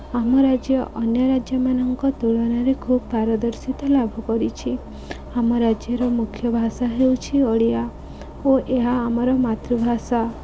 ଆମ ରାଜ୍ୟ ଅନ୍ୟ ରାଜ୍ୟମାନଙ୍କ ତୁଳନାରେ ଖୁବ୍ ପାରଦର୍ଶିତା ଲାଭ କରିଛି ଆମ ରାଜ୍ୟର ମୁଖ୍ୟ ଭାଷା ହେଉଛି ଓଡ଼ିଆ ଓ ଏହା ଆମର ମାତୃଭାଷା